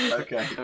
okay